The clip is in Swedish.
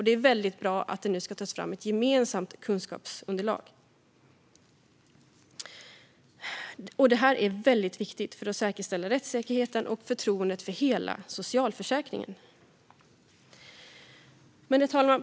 Det är bra att det nu ska tas fram ett gemensamt kunskapsunderlag. Det är mycket viktigt för att säkerställa rättssäkerheten och förtroendet för hela socialförsäkringen. Herr talman!